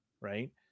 Right